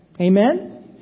Amen